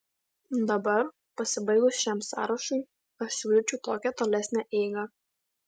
dabar pasibaigus šiam sąrašui aš siūlyčiau tokią tolesnę eigą